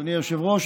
אדוני היושב-ראש,